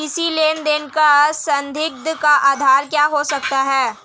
किसी लेन देन का संदिग्ध का आधार क्या हो सकता है?